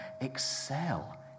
Excel